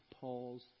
Paul's